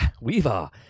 weaver